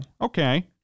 Okay